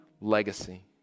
legacy